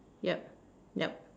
yup yup